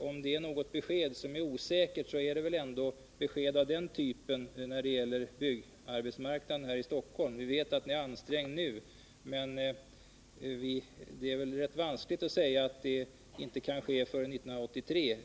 om någon uppgift är osäker är det väl uppgifter som gäller byggarbetsmarknaden i Stockholm. Vi vet att situationen är ansträngd just nu, men det är väl vanskligt att säga att upprustningen inte kan göras förrän 1983.